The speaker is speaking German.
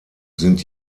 sind